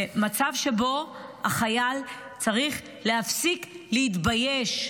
במצב שבו החייל צריך להפסיק להתבייש,